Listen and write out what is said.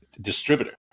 distributor